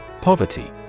Poverty